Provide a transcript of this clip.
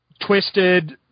twisted